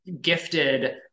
gifted